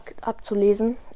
abzulesen